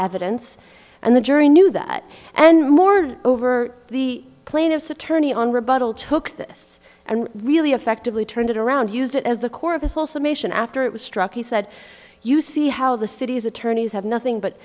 evidence and the jury knew that and more over the plaintiff's attorney on rebuttal took this and really effectively turned it around used it as the core of this whole summation after it was struck he said you see how the city's attorneys have nothing but